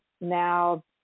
now